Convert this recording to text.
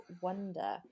wonder